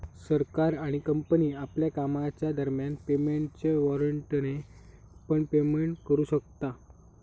सरकार आणि कंपनी आपल्या कामाच्या दरम्यान पेमेंटच्या वॉरेंटने पण पेमेंट करू शकता